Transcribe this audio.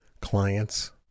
clients